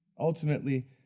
ultimately